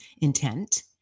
intent